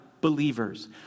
believers